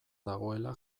dagoela